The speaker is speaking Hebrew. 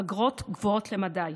אגרות גבוהות למדי.